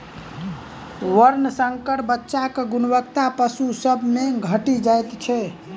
वर्णशंकर बच्चाक गुणवत्ता पशु सभ मे घटि जाइत छै